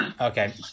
Okay